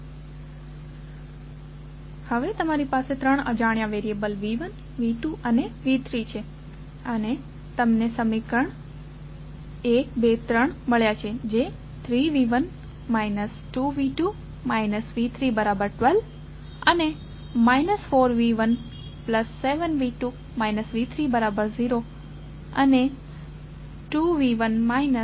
હવે તમારી પાસે ત્રણ અજાણ્યા વેરીએબલ V1V2 અને V3 છે અને તમને ત્રણ સમીકરણો મળ્યા છે જે 3V1 2V2 V312 અને 4V17V2 V30અને 2V1 3V2V30 છે